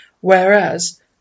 whereas